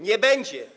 Nie będzie.